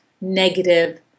negative